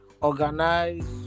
organize